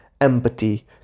empathy